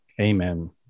Amen